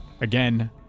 again